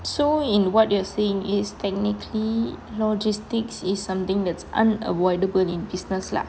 so in what you're saying is technically logistics is something that's unavoidable in business lah